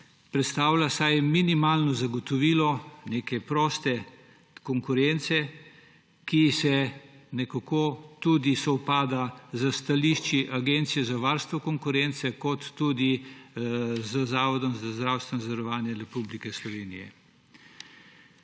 predstavlja vsaj minimalno zagotovilo neke proste konkurence, ki tudi sovpada s stališči Agencije za varstvo konkurence in tudi z Zavodom za zdravstveno zavarovanje Slovenije.